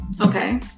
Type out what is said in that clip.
okay